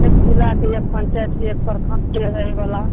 एक जिलाके एक पञ्चायतके एक प्रखण्डके रहै बला